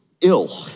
ill